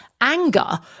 anger